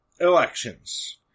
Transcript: elections